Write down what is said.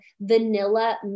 vanilla